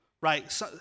Right